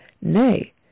Nay